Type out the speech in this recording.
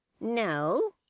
No